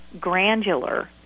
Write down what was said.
granular